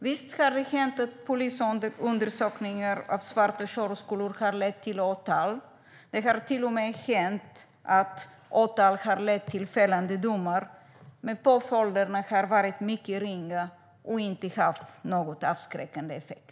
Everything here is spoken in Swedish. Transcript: Visst har det hänt att polisundersökningar av svarta körskolor har lett till åtal. Det har till och med hänt att åtal har lett till fällande domar, men påföljderna har varit mycket ringa och inte haft någon avskräckande effekt.